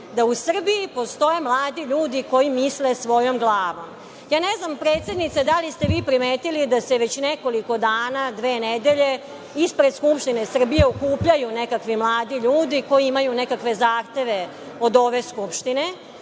da u Srbiji postoje mladi ljudi koji misle svojom glavom. Ne znam, predsednice, da li ste vi primetili da se već nekoliko dana, dve nedelje, ispred Skupštine Srbije okupljaju nekakvi mladi ljudi koji imaju nekakve zahteve od ove Skupštine.